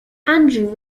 andrew